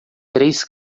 três